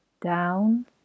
down